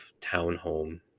townhome